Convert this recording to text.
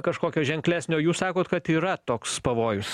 kažkokio ženklesnio jūs sakot kad yra toks pavojus